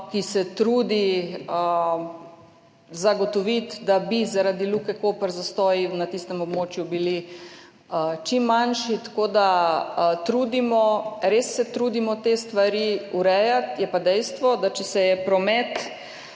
ki se trudi zagotoviti, da bi zaradi Luke Koper zastoji na tistem območju bili čim manjši. Tako da res se trudimo te stvari urejati, je pa dejstvo, da če se je promet